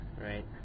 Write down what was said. Right